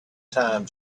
time